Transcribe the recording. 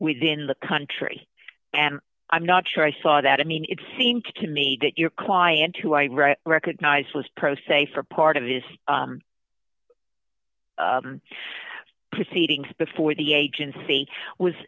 within the country and i'm not sure i saw that i mean it seemed to me that your client who i recognized was pro se for part of his proceedings before the agency was